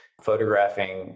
Photographing